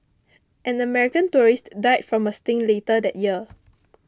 an American tourist died from a sting later that year